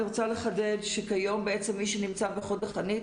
אני רוצה לחדד שכיום בעצם מי שנמצא בחוד החנית,